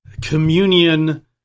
communion